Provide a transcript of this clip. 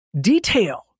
detail